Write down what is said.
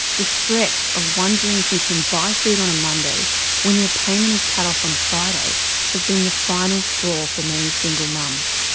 the stress of wondering if you can buy food on a monday when your payment is cut off on a friday has been the final straw for many single mums.